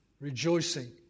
rejoicing